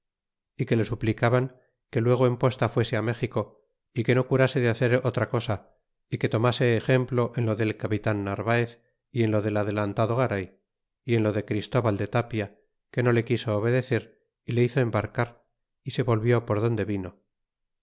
y que le suplicaban que luego en posta fuese méxico y que no curase de hacer otra cosa é que tomase muelo en lo del capitan narvaez y en lo del adelantado garay y en lo de christóval de tapia que no le quiso obedecer y le hizo embarcar y se volvió por donde vino